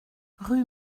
rue